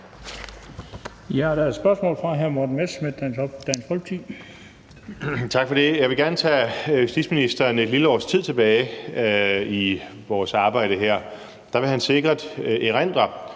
Jeg vil gerne tage justitsministeren et lille års tid tilbage i forhold til vores arbejde her. Han vil sikkert erindre,